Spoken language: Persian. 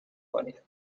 کنید